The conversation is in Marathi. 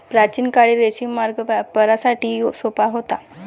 प्राचीन काळी रेशीम मार्ग व्यापारासाठी सोपा होता